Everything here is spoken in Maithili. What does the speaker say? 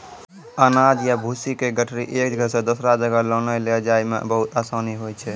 अनाज या भूसी के गठरी एक जगह सॅ दोसरो जगह लानै लै जाय मॅ बहुत आसानी होय छै